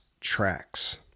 tracks